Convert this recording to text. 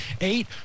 Eight